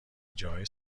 جاهای